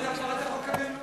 על הפרת החוק הבין-לאומי,